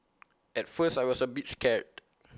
at first I was A bit scared